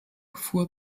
fuhr